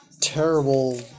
terrible